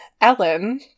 Ellen